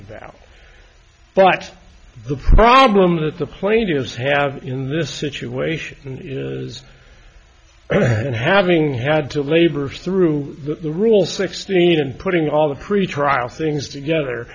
about but the problem that the plaintiffs have in this situation is in having had to labor through the rule sixteen in putting all the pretrial things together